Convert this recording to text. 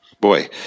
boy